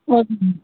okay ma'am